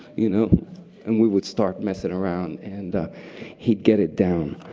you know and we would start messing around and he'd get it down.